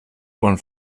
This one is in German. ohren